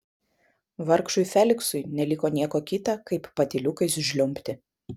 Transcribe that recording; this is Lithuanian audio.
vargšui feliksui neliko nieko kita kaip patyliukais žliumbti